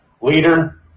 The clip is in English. leader